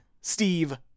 Steve